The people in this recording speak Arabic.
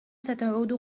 ستعود